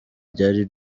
ryari